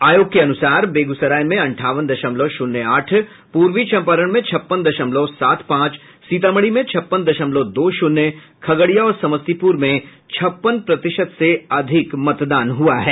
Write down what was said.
आयोग के अनुसार बेगूसराय में अंठावन दशमलव शून्य आठ पूर्वी चंपारण में छप्पन दशमलव सात पांच सीतामढ़ी में छप्पन दशमलव दो शून्य खगड़िया और समस्तीपुर में छप्पन प्रतिशत से अधिक मतदान हुआ है